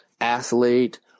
athlete